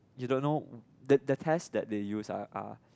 you don't know the the test that they use are are